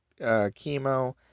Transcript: chemo